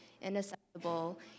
inaccessible